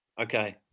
Okay